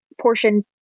portion